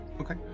Okay